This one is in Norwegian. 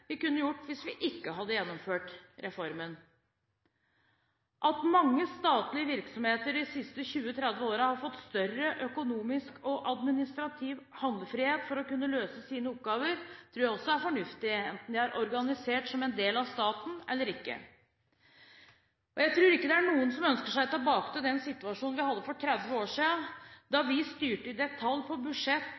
vi kunne gjort hvis vi ikke hadde gjennomført reformen. At mange statlige virksomheter de siste 20–30 årene har fått større økonomisk og administrativ handlefrihet for å kunne løse sine oppgaver, tror jeg også er fornuftig, enten de er organisert som en del av staten eller ikke. Jeg tror ikke det er noen som ønsker seg tilbake til den situasjonen vi hadde for 30 år siden, da vi styrte i detalj på budsjett